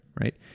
right